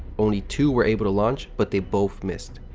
only two were able to launch but they both missed.